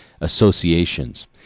associations